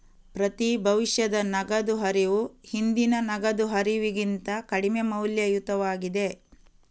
ಪ್ರತಿ ಭವಿಷ್ಯದ ನಗದು ಹರಿವು ಹಿಂದಿನ ನಗದು ಹರಿವಿಗಿಂತ ಕಡಿಮೆ ಮೌಲ್ಯಯುತವಾಗಿದೆ